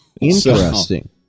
interesting